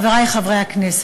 חברי חברי הכנסת,